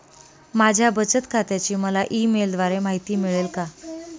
माझ्या बचत खात्याची मला ई मेलद्वारे माहिती मिळेल का?